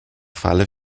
falle